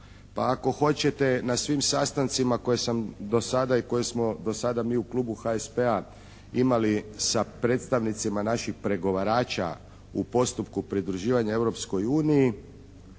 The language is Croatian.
pa ako hoćete na svim sastancima koje sam do sada i koje smo do sada mi u Klubu HSP-a imali sa predstavnicima naših pregovarača u postupku pridruživanja Europskoj uniji